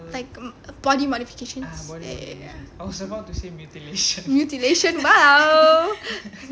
like body modifications ya ya ya mutilation !wow!